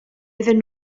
iddyn